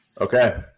Okay